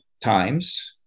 times